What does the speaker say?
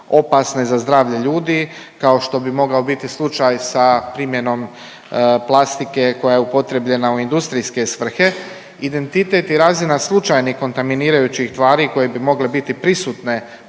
opasne za zdravlje ljudi kao što bi mogao biti slučaj sa primjenom plastike koja je upotrijebljena u industrijske svrhe identitet i razina slučajnih kontaminirajućih tvari koje bi mogle biti prisutne